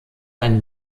ein